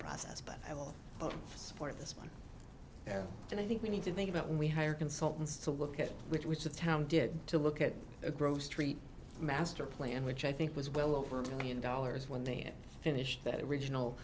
process but i will support this plan and i think we need to think about when we hire consultants to look at which was the town did to look at a gross street master plan which i think was well over two million dollars when they finished that original